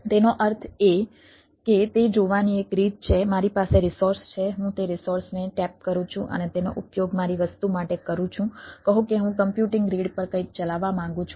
તેનો અર્થ એ કે તે જોવાની એક રીત છે મારી પાસે રિસોર્સ છે હું તે રિસોર્સને ટેપ કરું છું અને તેનો ઉપયોગ મારી વસ્તુ માટે કરું છું કહો કે હું કમ્પ્યુટિંગ ગ્રીડ પર કંઈક ચલાવવા માંગુ છું